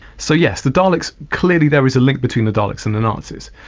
so yes, the daleks, clearly there is a link between the daleks and the nazis.